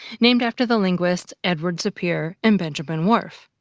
named after the linguists edward sapir and benjamin whorf.